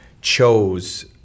chose